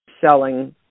selling